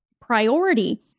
priority